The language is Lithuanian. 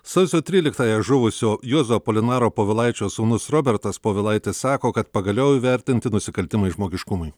sausio tryliktąją žuvusio juozo apolinaro povilaičio sūnus robertas povilaitis sako kad pagaliau įvertinti nusikaltimai žmogiškumui